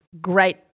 great